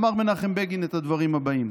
אמר מנחם בגין את הדברים הבאים: